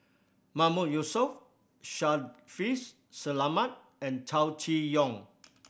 Mahmood Yusof Shaffiq Selamat and Chow Chee Yong